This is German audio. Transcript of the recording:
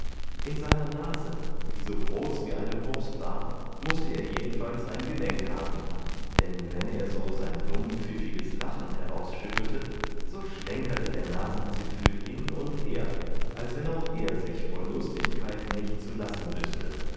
in seiner nase die so groß wie eine wurst war mußte er jedenfalls ein gelenk haben denn wenn er so sein dumm pfiffiges lachen herausschüttelte so schlenkerte der nasenzipfel hin und her als wenn auch er sich vor lustigkeit nicht zu lassen wüßte